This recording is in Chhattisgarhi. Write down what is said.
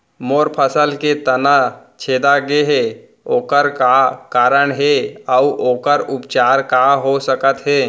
मोर फसल के तना छेदा गेहे ओखर का कारण हे अऊ ओखर उपचार का हो सकत हे?